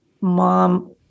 mom